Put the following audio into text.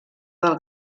del